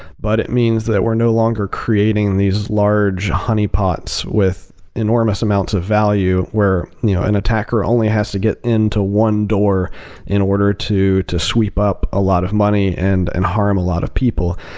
but it means that we're no longer creating these large honeypots with enormous amounts of value where you know an attacker only has to get in to one door in order to to sweep up a lot of money and harm a lot of people.